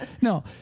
no